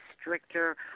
stricter